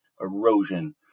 erosion